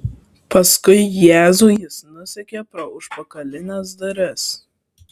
paskui jėzų jis nusekė pro užpakalines duris